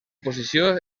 posició